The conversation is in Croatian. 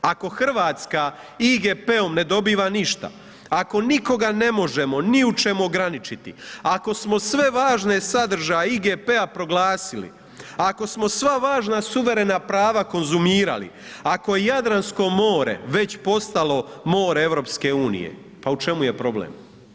Ako Hrvatska IGP-om ne dobiva ništa, ako nikoga ne možemo ni u čemu ograničiti, ako smo sve važne sadržaje IGP-a proglasili, ako smo sva važna suverena prava konzumirali, ako je Jadransko more već postalo more EU, pa u čemu je problem?